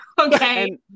okay